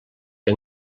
que